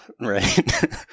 right